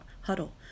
huddle